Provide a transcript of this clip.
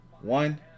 one